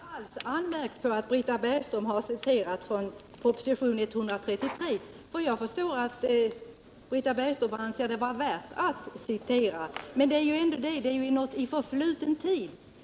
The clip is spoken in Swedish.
Herr talman! Jag har inte alls anmärkt på att Britta Bergström har citerat från propositionen 1975/76:133, för jag förstår att Britta Bergström anser det vara värt att citera. Men det är ju något från förfluten tid.